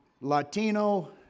Latino